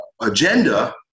agenda